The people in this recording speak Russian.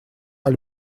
аль